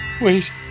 Wait